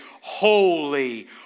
holy